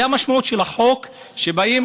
זאת המשמעות של החוק שבאים,